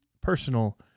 personal